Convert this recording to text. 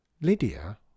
Lydia